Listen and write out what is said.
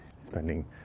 spending